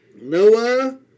Noah